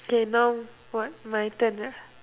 okay now what my turn ah